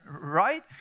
right